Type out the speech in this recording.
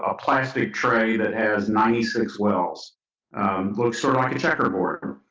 ah plastic tray that has ninety six wells looks sort of like a checkerboard,